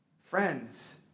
friends